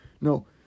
No